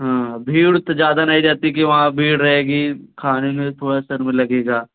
हाँ भीड़ उड़ तो ज़्यादा नहीं रहती कि वहाँ भीड़ रहेगी खाने में थोड़ा शर्म लगेगा